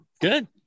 Good